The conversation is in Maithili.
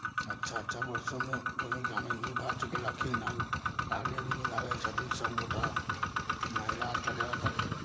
अच्छा अच्छा पोस्ट सभमे ग्रामीण निभा चुकलखिन हन आगे भी निभाबै छथिन सभ गोटा महिला आजकल ज्यादातर